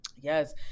Yes